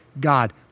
God